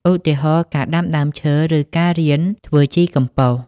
ឧទាហរណ៍ ការដាំដើមឈើឬការរៀនធ្វើជីកំប៉ុស។